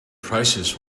prices